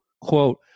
quote